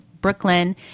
Brooklyn